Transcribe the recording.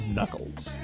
Knuckles